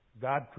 God